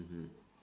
mmhmm